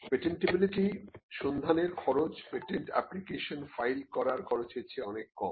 patentability সন্ধানের খরচ patent application file করার খরচের চেয়ে অনেক কম